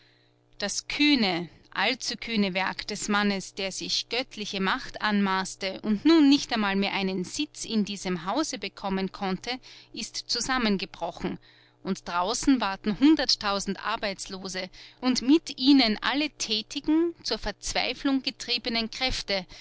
das kühne allzukühne werk des mannes der sich göttliche macht anmaßte und nun nicht einmal mehr einen sitz in diesem hause bekommen konnte ist zusammengebrochen und draußen warten hunderttausend arbeitslose und mit ihnen alle tätigen zur verzweiflung getriebenen kräfte